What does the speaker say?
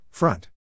Front